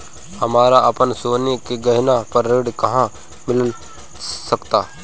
हमरा अपन सोने के गहना पर ऋण कहां मिल सकता?